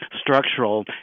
structural